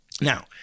now